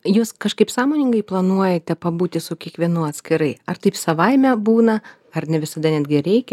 jūs kažkaip sąmoningai planuojate pabūti su kiekvienu atskirai ar taip savaime būna ar ne visada netgi reikia